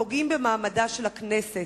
הפוגעים במעמדה של הכנסת,